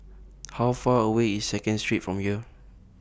How Far away IS Second Street from here